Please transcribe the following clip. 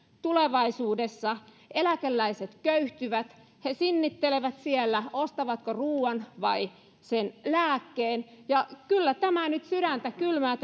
tulevaisuudessa eläkeläiset köyhtyvät he sinnittelevät siellä ostavatko ruuan vai sen lääkkeen kyllä tämä toteamus nyt sydäntä kylmää